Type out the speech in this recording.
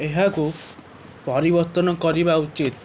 ଏହାକୁ ପରିବର୍ତ୍ତନ କରିବା ଉଚିତ